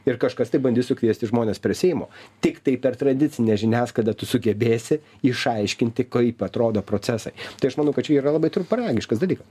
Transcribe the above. ir kažkas tai bandys sukviesti žmones prie seimo tiktai per tradicinę žiniasklaidą tu sugebėsi išaiškinti kaip atrodo procesai tai aš manau kad čia yra labai trumparegiškas dalykas